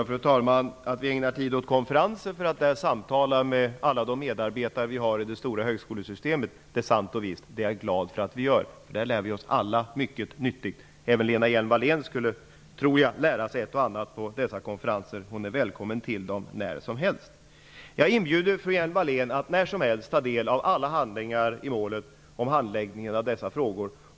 Fru talman! Att vi ägnar tid åt konferenser för att samtala med alla de medarbetare som vi har i det stora högskolesystemet är visst och sant. Jag är glad över att vi gör det. Där lär vi oss alla mycket nyttigt. Jag tror att även Lena Hjelm-Wallén skulle lära sig ett och annat på dessa konferenser. Hon är välkommen till dem när som helst. Jag inbjuder fru Hjelm-Wallén att när som helst ta del av alla handlingar i målet om handläggningen av dessa frågor.